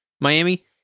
Miami